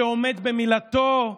שעומד במילתו,